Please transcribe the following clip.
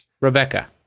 Rebecca